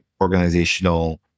organizational